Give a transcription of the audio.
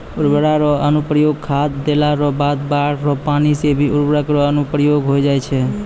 उर्वरक रो अनुप्रयोग खाद देला रो बाद बाढ़ रो पानी से भी उर्वरक रो अनुप्रयोग होय जाय छै